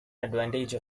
advantage